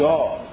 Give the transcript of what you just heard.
God